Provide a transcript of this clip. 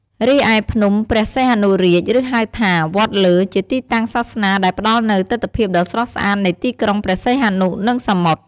រីឯភ្នំព្រះសីហនុរាជ ឬហៅថា វត្តលើ ជាទីតាំងសាសនាដែលផ្តល់នូវទិដ្ឋភាពដ៏ស្រស់ស្អាតនៃទីក្រុងព្រះសីហនុ និងសមុទ្រ។